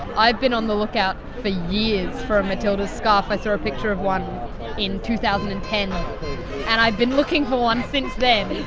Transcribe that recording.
i've been on the lookout for years for a matildas scarf. i saw a picture of one in two thousand and ten and i've been looking for one since then,